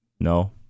No